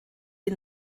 die